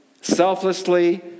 selflessly